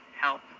help